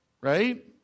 right